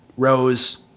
Rose